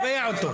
הוא תובע אותו.